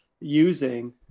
using